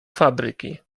fabryki